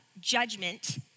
judgment